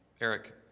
Eric